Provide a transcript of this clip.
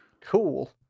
Cool